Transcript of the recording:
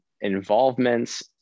involvements